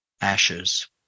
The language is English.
ashes